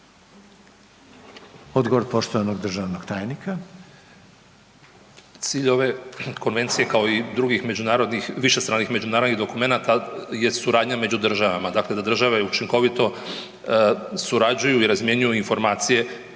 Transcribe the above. Odgovor poštovanog državnog tajnika. **Katić, Žarko** Cilj ove konvencije kao i drugih višestranih međunarodnih dokumenata je suradnja među državama, dakle da države učinkovito surađuju i razmjenjuju informacije